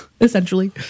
Essentially